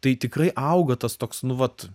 tai tikrai auga tas toks nu vat